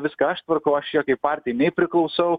viską aš tvarkau aš jokiai partijai nei priklausau